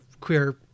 queer